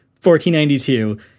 1492